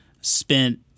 spent